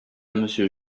monsieur